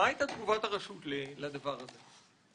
מה הייתה תגובת הרשות לדבר הזה?